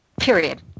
period